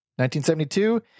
1972